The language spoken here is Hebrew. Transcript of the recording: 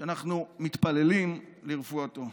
שאנחנו מתפללים לרפואתו.